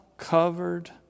covered